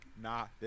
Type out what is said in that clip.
Nah